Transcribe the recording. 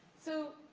so,